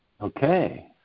Okay